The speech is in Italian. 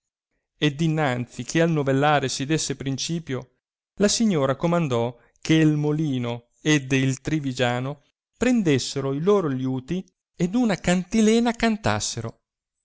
ed innanzi che al novellare si desse principio la signora comandò che molino ed il trivigiano prendessero i loro liuti ed una cantilena cantassero